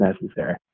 necessary